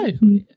no